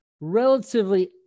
relatively